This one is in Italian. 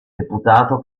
deputato